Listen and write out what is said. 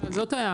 כן, זאת ההערה.